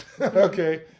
Okay